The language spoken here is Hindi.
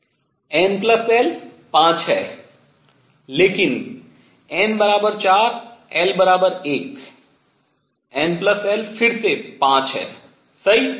n l 5 है लेकिन n 4 l 1 n l फिर से 5 है सही